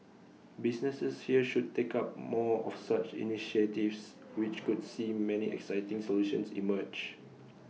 businesses here should take up more of such initiatives which could see many exciting solutions emerge